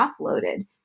offloaded